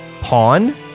Pawn